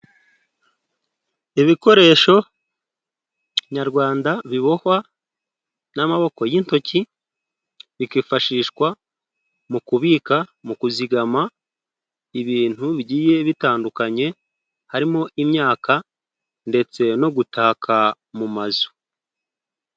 Ibikoresho nyarwanda bibohwa n'amaboko y'intoki bikifashishwa mu kubika, mu kuzigama ibintu bigiye bitandukanye harimo imyaka ndetse no gutaka mu mazu.